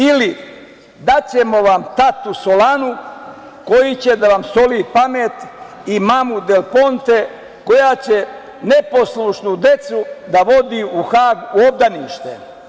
Ili – daćemo vam tatu Solanu koji će da vam soli pamet i mamu Del Ponte, koja će neposlušnu decu da vodi u Hag u obdanište.